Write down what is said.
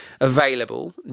available